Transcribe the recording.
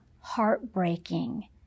heartbreaking